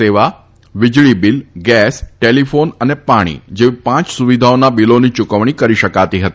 સેવા વીજળીબીલ gas telephone અને પાણી જેવી પાંચ સુવિધાઓના બીલોની યુકવણી કરી શકાતી હતી